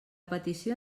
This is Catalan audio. petició